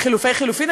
לחלופי חלופין,